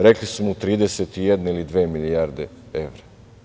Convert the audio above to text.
Rekli su mu 31, ili 32 milijarde evra.